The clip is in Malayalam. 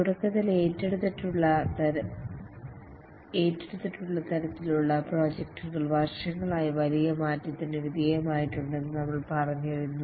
തുടക്കത്തിൽ ഏറ്റെടുത്തിട്ടുള്ള തരത്തിലുള്ള പ്രോജക്ടുകൾ വർഷങ്ങളായി വലിയ മാറ്റത്തിന് വിധേയമായിട്ടുണ്ടെന്ന് നമ്മൾ പറഞ്ഞിരുന്നു